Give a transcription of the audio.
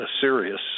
serious